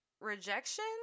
rejection